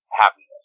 happiness